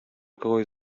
kogoś